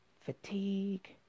fatigue